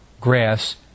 grass